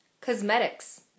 cosmetics